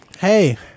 hey